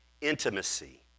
intimacy